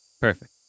Perfect